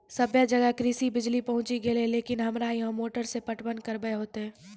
सबे जगह कृषि बिज़ली पहुंची गेलै लेकिन हमरा यहाँ मोटर से पटवन कबे होतय?